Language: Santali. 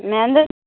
ᱢᱮᱱᱫᱟᱹᱧ